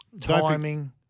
timing